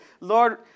Lord